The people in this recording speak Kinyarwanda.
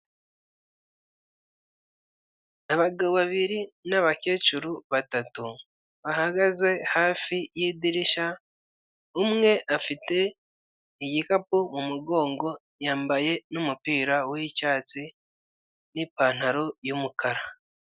Abagabo babiri n'abakecuru batatu, bahagaze hafi y'idirisha, umwe afite igikapu mu mugongo, yambaye n'umupira w'icyatsi, n'ipantaro y'umukara.